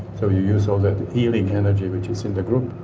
so you use all that healing energy which is in the group